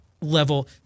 level